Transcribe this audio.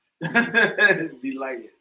Delighted